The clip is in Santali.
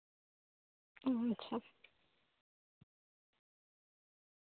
ᱟᱪᱪᱷᱟ